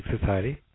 Society